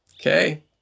Okay